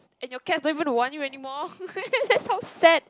and your cats don't even want you anymore that's how sad